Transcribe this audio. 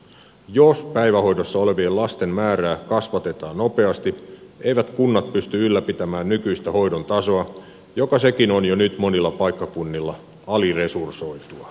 jos päivähoidossa olevien lasten määrää kasvatetaan nopeasti eivät kunnat pysty ylläpitämään nykyistä hoidon tasoa joka sekin on jo nyt monilla paikkakunnilla aliresursoitua